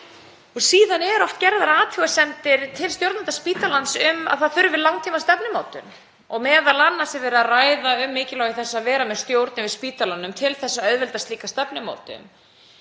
Síðan eru oft gerðar athugasemdir til stjórnenda spítalans um að það þurfi langtímastefnumótun og m.a. er verið að ræða um mikilvægi þess að vera með stjórn yfir spítalanum til að auðvelda slíka stefnumótun.